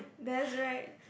that's right